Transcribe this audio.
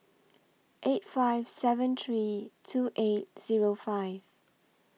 eight five seven three two eight Zero five